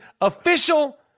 official